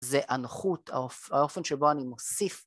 זה הנוחות, האופן שבו אני מוסיף